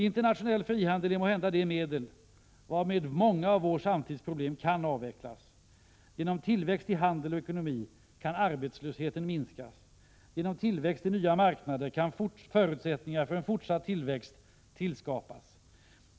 Internationell frihandel är måhända det medel varmed många av vår samtids problem kan avvecklas. Genom tillväxt i handel och ekonomi kan arbetslösheten minskas. Genom tillväxt i nya marknader kan förutsättningar för en fortsatt tillväxt tillskapas.